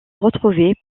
retrouvé